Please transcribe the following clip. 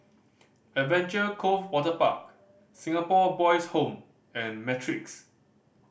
Adventure Cove Waterpark Singapore Boys Home and Matrix